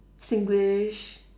singlish